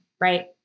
Right